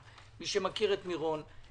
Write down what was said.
היא לא יכולה לשחק עם הדבר הזה.